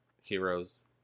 heroes